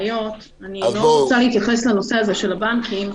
אני לא רוצה להתייחס לנושא של הבנקים,